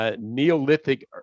Neolithic